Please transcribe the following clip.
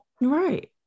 right